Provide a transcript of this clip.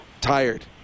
tired